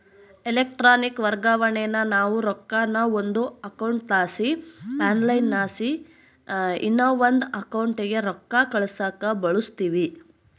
electronic ವರ್ಗಾವಣೇನಾ ನಾವು ರೊಕ್ಕಾನ ಒಂದು ಅಕೌಂಟ್ಲಾಸಿ ಆನ್ಲೈನ್ಲಾಸಿ ಇನವಂದ್ ಅಕೌಂಟಿಗೆ ರೊಕ್ಕ ಕಳ್ಸಾಕ ಬಳುಸ್ತೀವಿ